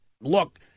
look